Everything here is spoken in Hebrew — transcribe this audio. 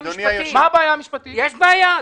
בבקשה, הצעה לסדר.